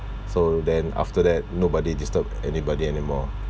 so then after that nobody disturb anybody anymore